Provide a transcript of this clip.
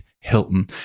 Hilton